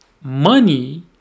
money